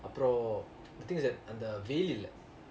அப்பறோம்:aprom the thing is that the really